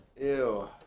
Ew